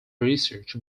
research